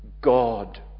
God